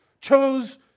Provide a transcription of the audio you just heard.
chose